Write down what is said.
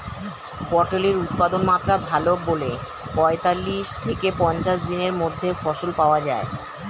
পটলের উৎপাদনমাত্রা ভালো বলে পঁয়তাল্লিশ থেকে পঞ্চাশ দিনের মধ্যে ফসল পাওয়া যায়